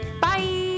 bye